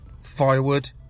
firewood